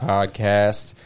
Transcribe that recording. Podcast